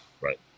Right